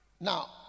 Now